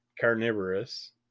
carnivorous